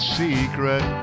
secret